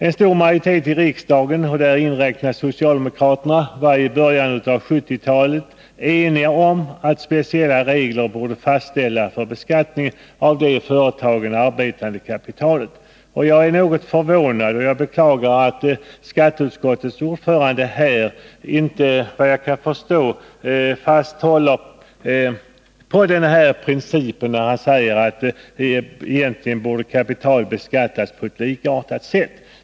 En stor majoritet i riksdagen, socialdemokraterna inräknade, var i början av 1970-talet enig om att speciella regler borde fastställas för beskattningen av det i företagen arbetande kapitalet. Jag är något förvånad över och beklagar att skatteutskottets ordförande i dag inte håller fast vid denna princip, när han säger att kapital egentligen borde beskattas på likartat sätt.